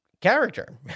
character